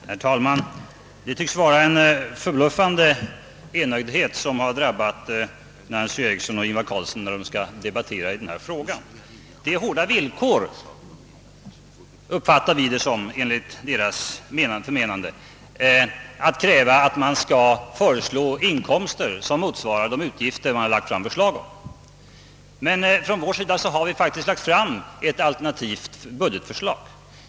Herr talman! Det tycks vara en förbluffande enögdhet som drabbat Nancy Eriksson och Ingvar Carlsson när de skall. debattera i denna fråga. Det är enligt deras förmenande hårda villkor — så uppfattar vi argumentationen — att man skall föreslå inkomster som motsvarar de utgifter som man lagt fram förslag om. Men från vår sida har vi faktiskt presterat ett alternativt budgetförslag.